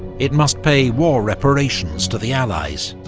it must pay war reparations to the allies,